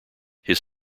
his